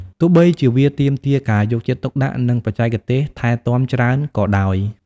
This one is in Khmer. ទោះបីជាវាទាមទារការយកចិត្តទុកដាក់ និងបច្ចេកទេសថែទាំច្រើនក៏ដោយ។